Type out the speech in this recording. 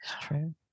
true